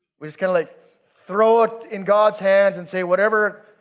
we're just kind of like throw it in god's hand and say, whatever,